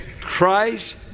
Christ